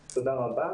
ב-OECD,